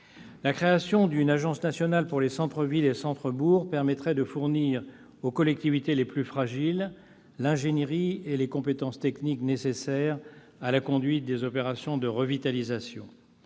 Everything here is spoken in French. La création d'une agence nationale pour les centres-villes et centres-bourgs permettrait de fournir aux collectivités les plus fragiles l'ingénierie et les compétences techniques nécessaires à la conduite des opérations de revitalisation.